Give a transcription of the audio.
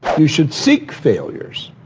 you should seek failures.